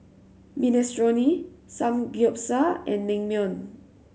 Minestrone Samgeyopsal and Naengmyeon